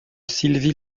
sylvie